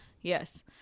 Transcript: Yes